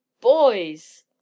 Boys